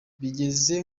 bigeze